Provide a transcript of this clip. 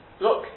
Look